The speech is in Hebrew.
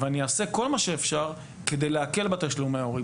ואני אעשה כל מה שאפשר כדי להקל בתשלומי ההורים.